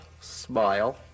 smile